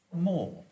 more